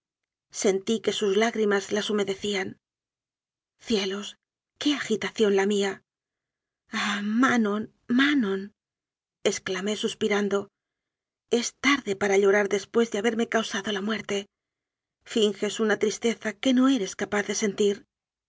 sentí que sus lágrimas las humedecían cielos qué agitación la mía ah manon manon excla mé suspirando es tarde para llorar después de haberme causado la muerte finges una tristeza que no eres capaz de sentir